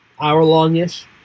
hour-long-ish